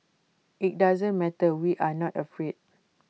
IT doesn't matter we are not afraid